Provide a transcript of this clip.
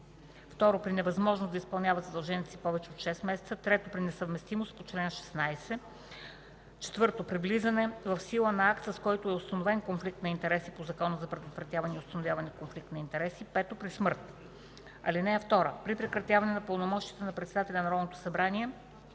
2. при невъзможност да изпълняват задълженията си повече от 6 месеца; 3. при несъвместимост по чл. 16; 4. при влизане в сила на акт, с който е установен конфликт на интереси по Закона за предотвратяване и установяване на конфликт на интереси; 5. при смърт. (2) При прекратяване на пълномощията, председателя Народното събрание